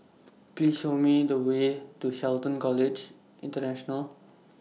Please Show Me The Way to Shelton College International